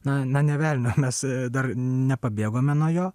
na na ne velnio mes dar nepabėgome nuo jo